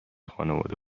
خانوادم